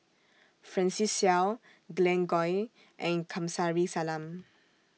Francis Seow Glen Goei and Kamsari Salam